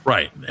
Right